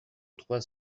trois